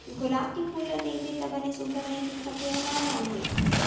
गुलाब के फूल ल देखबे त बने सुग्घर नइ दिखत हे अउ नान नान हे